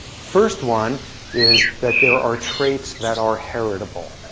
first one is that there are traits that are heritable.